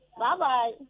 Bye-bye